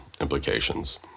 implications